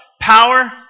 power